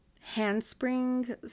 handspring